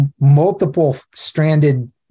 multiple-stranded